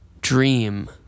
dream